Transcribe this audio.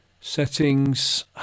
Settings